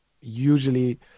usually